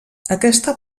aquesta